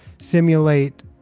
simulate